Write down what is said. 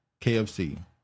KFC